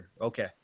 okay